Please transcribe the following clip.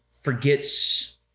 forgets